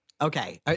okay